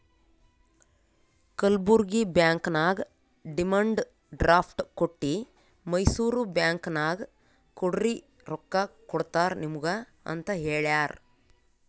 Kalburgi bank ನಾಗ್ demand draft ಕೊಟ್ಟಿ Mysore bank ನಾಗ್ ಕೊಡ್ರಿ ರೊಕ್ಕಾ ಕೊಡ್ತಾರ ನಿಮುಗ ಅಂತ್ ಹೇಳ್ಯಾರ್